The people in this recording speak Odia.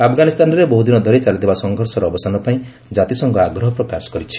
ଆଫଗାନିସ୍ଥାନରେ ବହୁଦିନ ଧରି ଚାଲିଥିବା ସଂଘର୍ଷର ଅବସାନ ପାଇଁ ଜାତିସଂଘ ଆଗ୍ରହ ପ୍ରକାଶ କରିଛି